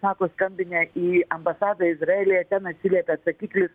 sako skambinę į ambasadą izraelyje ten atsiliepė atsakiklis